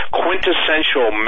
quintessential